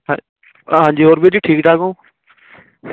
ਹਾਂ ਹਾਂਜੀ ਹੋਰ ਵੀਰ ਜੀ ਠੀਕ ਠਾਕ ਹੋ